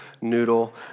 noodle